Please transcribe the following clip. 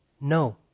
no